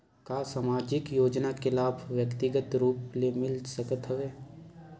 का सामाजिक योजना के लाभ व्यक्तिगत रूप ले मिल सकत हवय?